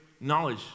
knowledge